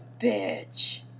bitch